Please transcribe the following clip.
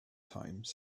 times